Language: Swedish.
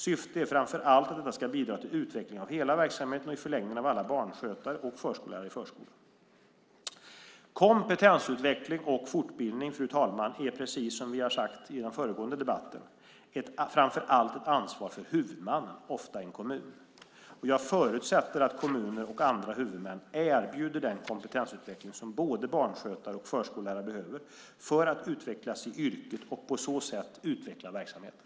Syftet är framför allt att detta ska bidra till utveckling av hela verksamheten och i en förlängning av alla förskollärare och barnskötare i förskolan. Kompetensutveckling och fortbildning, fru talman, är precis som vi sagt i föregående debatt framför allt ett ansvar för huvudmannen, ofta en kommun. Jag förutsätter att kommuner och andra huvudmän erbjuder den kompetensutveckling som både barnskötare och förskollärare behöver för att utvecklas i yrket och på så sätt utveckla verksamheten.